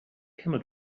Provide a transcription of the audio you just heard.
camel